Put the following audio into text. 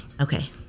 okay